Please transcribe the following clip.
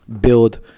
build